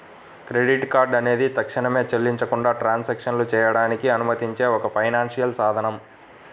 credit card అనేది తక్షణమే చెల్లించకుండా ట్రాన్సాక్షన్లు చేయడానికి అనుమతించే ఒక ఫైనాన్షియల్ సాధనం